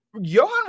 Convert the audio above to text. Johan